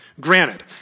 Granted